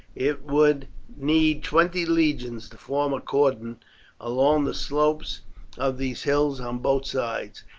it would need twenty legions to form a cordon along the slopes of these hills on both sides,